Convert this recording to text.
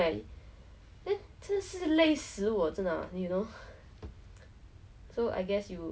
like and try something that I I've never done then and to prove to myself that I can be someone that I'm not lah